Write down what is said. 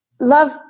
love